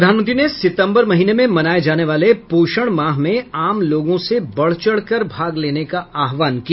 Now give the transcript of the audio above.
प्रधानमंत्री ने सितंबर महीने में मनाये जाने वाले पोषण माह में आम लोगों से बढ़ चढ़कर भाग लेने का आह्वान किया